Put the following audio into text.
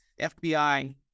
FBI